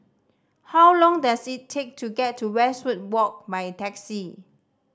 how long does it take to get to Westwood Walk by taxi